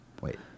Wait